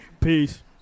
Peace